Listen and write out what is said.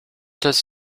does